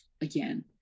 again